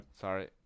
sorry